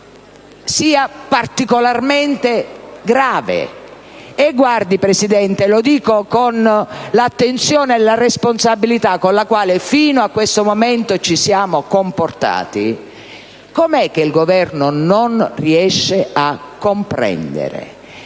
sia particolarmente grave. Presidente, lo dico con l'attenzione e la responsabilità con la quale fino a questo momento ci siamo comportati. Com'è che il Governo non riesce a comprendere